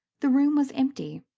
the room was empty,